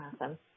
awesome